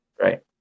right